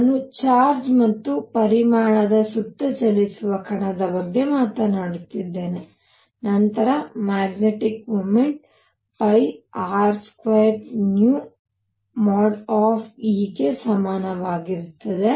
ನಾನು ಚಾರ್ಜ್ ಮತ್ತು ಪರಿಮಾಣದ ಸುತ್ತ ಚಲಿಸುವ ಕಣದ ಬಗ್ಗೆ ಮಾತನಾಡುತ್ತಿದ್ದೇನೆ ನಂತರ ಮ್ಯಾಗ್ನೆಟಿಕ್ ಮೊಮೆಂಟ್ R2ν|e|ಗೆ ಸಮಾನವಾಗಿರುತ್ತದೆ